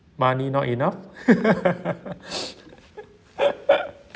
money not enough